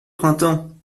printemps